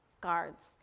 guards